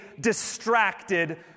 Distracted